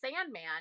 sandman